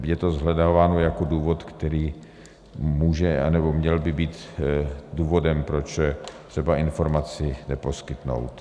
Je to shledáváno jako důvod, který může nebo měl by být důvodem pro to třeba informaci neposkytnout.